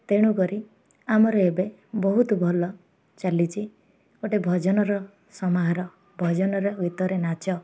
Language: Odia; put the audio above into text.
ତେଣୁକରି ଆମର ଏବେ ବହୁତ ଭଲ ଚାଲିଛି ଗୋଟେ ଭଜନର ସମାହାର ଭଜନର ଗୀତରେ ନାଚ